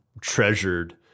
treasured